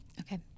okay